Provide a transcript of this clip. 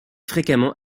fréquemment